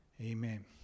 Amen